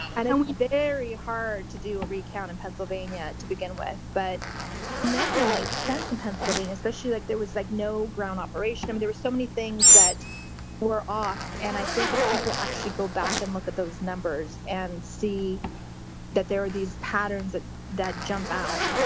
and and very hard to do a recount in pennsylvania to begin with, but nothing made sense in pennsylvania, especially, like, there was like no ground operation. and there were so many things that were off, and i think if people actually go back and look at those numbers and see that there are these patterns that that jump out,